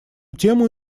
тему